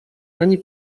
ani